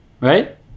Right